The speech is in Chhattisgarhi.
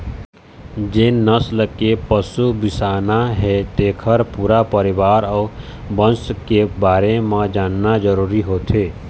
जेन नसल के पशु बिसाना हे तेखर पूरा परिवार अउ बंस के बारे म जानना जरूरी होथे